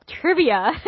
trivia